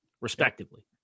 Respectively